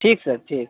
ठीक सर ठीक